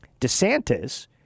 DeSantis